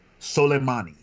Soleimani